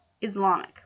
Islamic